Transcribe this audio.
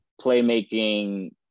playmaking